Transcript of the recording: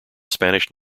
spanish